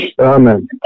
Amen